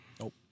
Nope